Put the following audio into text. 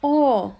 oh